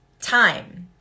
time